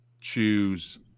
choose